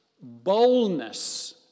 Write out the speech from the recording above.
boldness